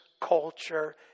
culture